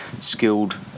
skilled